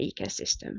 ecosystem